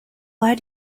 why